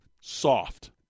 soft